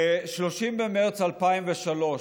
ב-30 במרס 2003,